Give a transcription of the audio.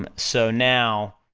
um so now,